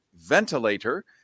ventilator